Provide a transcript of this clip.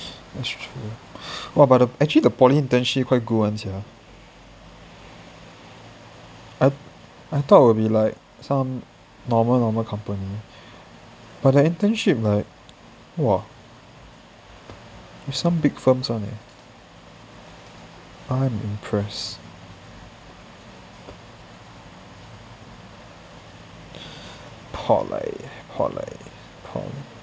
that's true !wah! but the actually the poly internship quite good one sia I I thought it will be some normal normal company but the internship like !wah! have some big firms on it I'm impressed poly poly pol~